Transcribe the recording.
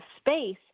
space